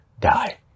die